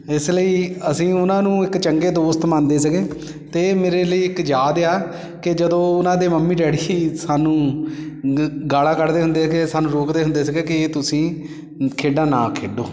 ਇਸ ਲਈ ਅਸੀਂ ਉਹਨਾਂ ਨੂੰ ਇੱਕ ਚੰਗੇ ਦੋਸਤ ਮੰਨਦੇ ਸੀਗੇ ਅਤੇ ਮੇਰੇ ਲਈ ਇੱਕ ਯਾਦ ਆ ਕਿ ਜਦੋਂ ਉਹਨਾਂ ਦੇ ਮੰਮੀ ਡੈਡੀ ਸਾਨੂੰ ਨ ਗਾਲਾਂ ਕੱਢਦੇ ਹੁੰਦੇ ਕਿ ਸਾਨੂੰ ਰੋਕਦੇ ਹੁੰਦੇ ਸੀਗੇ ਕਿ ਤੁਸੀਂ ਖੇਡਾਂ ਨਾ ਖੇਡੋ